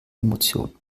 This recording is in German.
emotion